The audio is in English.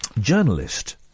journalist